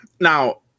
Now